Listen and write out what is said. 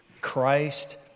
Christ